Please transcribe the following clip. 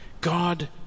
God